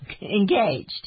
engaged